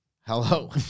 hello